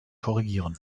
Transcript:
korrigieren